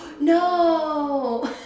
No